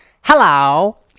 Hello